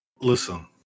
Listen